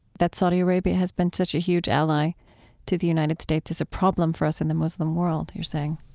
that saudi arabia has been such a huge ally to the united states is a problem for us in the muslim world, you're saying